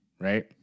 right